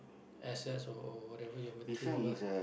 assets or or whatever your material wealth